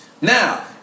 Now